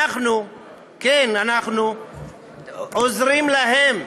כן, אנחנו עוזרים להם,